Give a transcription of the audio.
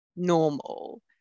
normal